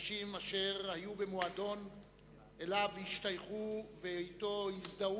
אנשים אשר היו במועדון שאליו השתייכו ואתו הזדהו